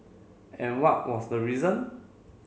and what was the reason